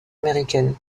américaine